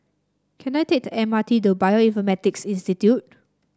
can I take the M R T to Bioinformatics Institute